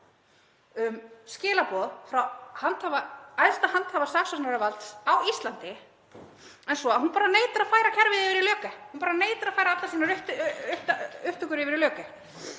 skilaboð frá æðsta handhafa saksóknaravalds á Íslandi en svo að hún bara neitar að færa kerfið yfir í LÖKE. Hún neitar að færa allar sínar upptökur yfir í